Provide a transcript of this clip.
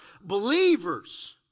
believers